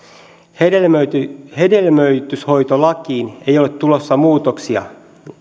hedelmöityshoitolakiin ei ole tulossa muutoksia